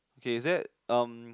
K is that um